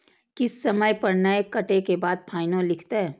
किस्त समय पर नय कटै के बाद फाइनो लिखते?